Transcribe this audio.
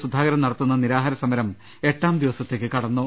സുധാകരൻ നടത്തുന്ന നിരാഹാര സമരം എട്ടാം ദിവസത്തേക്ക് കടന്നു